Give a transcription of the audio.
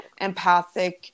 empathic